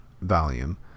volume